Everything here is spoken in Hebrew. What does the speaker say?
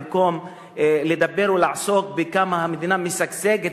במקום לדבר ולעסוק בכמה המדינה משגשגת,